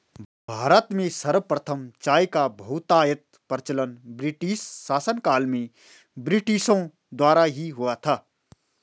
भारत में सर्वप्रथम चाय का बहुतायत प्रचलन ब्रिटिश शासनकाल में ब्रिटिशों द्वारा ही हुआ था